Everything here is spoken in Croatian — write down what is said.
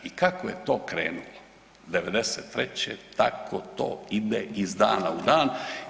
I kako je to krenuli '93. tako to ide iz dana u dan.